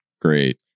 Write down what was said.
Great